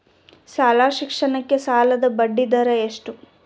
ಶಾಲಾ ಶಿಕ್ಷಣಕ್ಕೆ ಸಾಲದ ಬಡ್ಡಿದರ ಎಷ್ಟು?